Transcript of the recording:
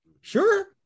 Sure